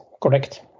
correct